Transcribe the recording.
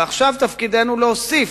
ועכשיו תפקידנו להוסיף.